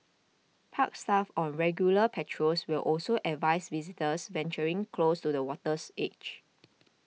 park staff on regular patrols will also advise visitors venturing close to the water's edge